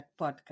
podcast